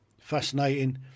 fascinating